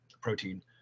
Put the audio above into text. protein